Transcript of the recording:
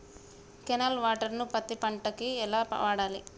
Canal water ను పత్తి పంట కి ఎలా వాడాలి?